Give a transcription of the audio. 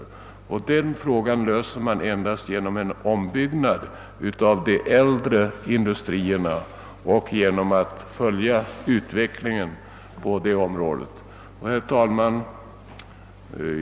Och den frågan löser man endast genom ombyggnad av de äldre industrierna och genom att följa utvecklingen på det området. Herr talman!